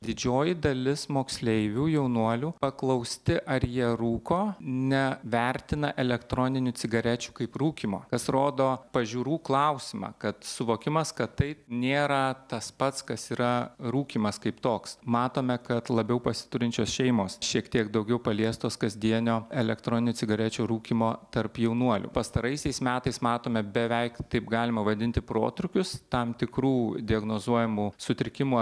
didžioji dalis moksleivių jaunuolių paklausti ar jie rūko nevertina elektroninių cigarečių kaip rūkymo kas rodo pažiūrų klausimą kad suvokimas kad tai nėra tas pats kas yra rūkymas kaip toks matome kad labiau pasiturinčios šeimos šiek tiek daugiau paliestos kasdienio elektroninių cigarečių rūkymo tarp jaunuolių pastaraisiais metais matome beveik taip galima vadinti protrūkius tam tikrų diagnozuojamų sutrikimų